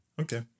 Okay